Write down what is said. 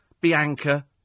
Bianca